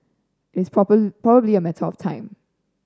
it's probably a matter of time